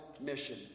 mission